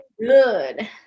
good